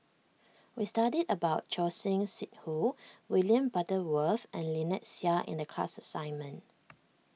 we studied about Choor Singh Sidhu William Butterworth and Lynnette Seah in the class assignment